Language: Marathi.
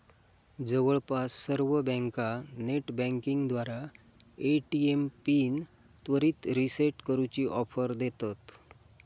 जवळपास सर्व बँका नेटबँकिंगद्वारा ए.टी.एम पिन त्वरित रीसेट करूची ऑफर देतत